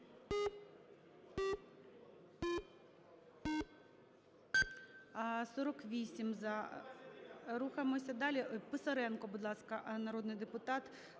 48 – за. Рухаємося далі. Писаренко, будь ласка, народний депутат